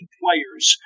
players